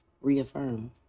reaffirm